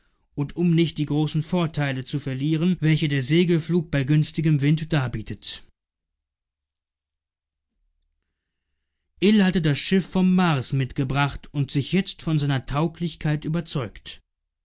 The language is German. und um nicht die großen vorteile zu verlieren welche der segelflug bei günstigem wind darbietet ill hatte das schiff vom mars mitgebracht und sich jetzt von seiner tauglichkeit überzeugt